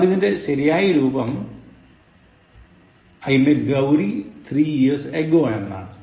എന്നാൽ ഇതിൻറെ ശരിയായ് രൂപം I met Gauri three years ago എന്നാണ്